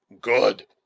Good